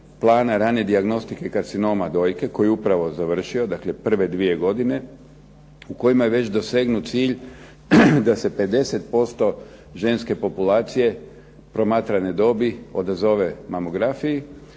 plana rana dijagnostike karcinoma dojke koji je upravo završio, dakle prve 2 godine, u kojima je već dosegnut cilj da se 50% ženske populacije promatrane dobi odazove mamografiji